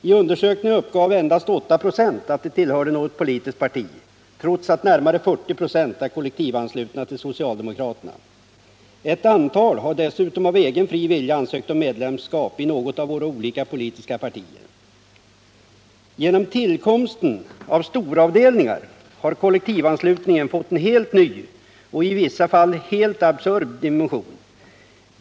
I undersökningen uppgav endast 8 96 att de tillhörde något politiskt parti — trots att närmare 40 96 var kollektivanslutna till socialdemokraterna. Ett antal har dessutom av egen fri vilja ansökt om medlemskap i något av våra olika politiska partier. Genom tillkomsten av storavdelningar har kollektivanslutningen fått en helt ny och i vissa fall helt absurd dimension.